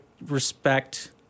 respect